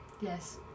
Yes